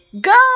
Go